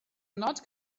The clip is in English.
not